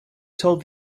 told